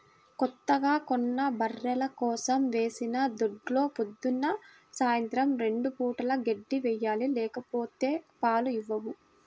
కొత్తగా కొన్న బర్రెల కోసం వేసిన దొడ్లో పొద్దున్న, సాయంత్రం రెండు పూటలా గడ్డి వేయాలి లేకపోతే పాలు ఇవ్వవు